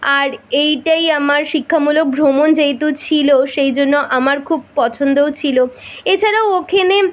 আর এইটাই আমার শিক্ষামূলক ভ্রমণ যেহেতু ছিলো সেই জন্য আমার খুব পছন্দও ছিলো এছাড়াও ওখানে